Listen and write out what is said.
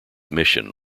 mission